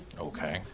Okay